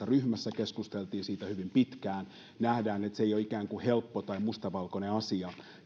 ryhmässäni keskusteltiin siitä hyvin pitkään nähdään että se ei ole helppo tai mustavalkoinen asia